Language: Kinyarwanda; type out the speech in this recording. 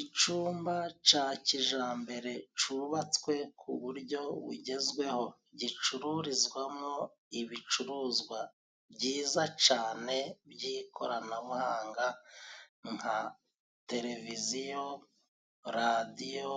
Icyumba ca kijambere cubatswe ku buryo bugezweho, gicururizwamo ibicuruzwa byiza cane by'ikoranabuhanga nka televiziyo, radiyo,